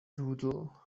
doodle